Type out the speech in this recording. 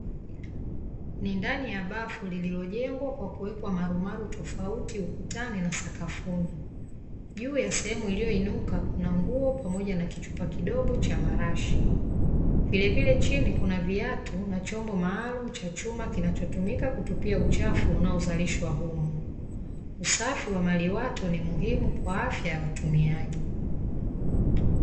Ni ndani ya bafu lililojengwa kwa kuwekwa marumaru tofauti ukutani na sakafuni. Juu ya sehemu iliyoinuka kuna nguo pamoja na kichupa kidogo cha marashi. Vilevile chini kuna viatu na chombo maalum cha chuma kinachotumika kutupia uchafu unaozalishwa humo. Usafi wa maliwato ni muhimu kwa afya ya watumiaji.